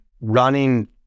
running